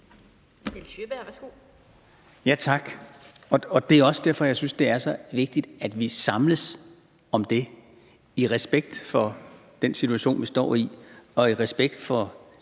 (RV): Det er også derfor, at jeg synes, at det er så vigtigt, at vi samles om det i respekt for den situation, vi står i, og i respekt for